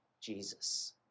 Jesus